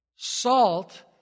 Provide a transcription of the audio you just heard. Salt